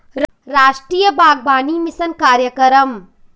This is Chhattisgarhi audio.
रास्टीय बागबानी मिसन कार्यकरम